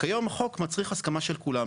עקרונית, רק שהיום החוק מצריך הסכמה של כולם.